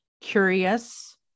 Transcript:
curious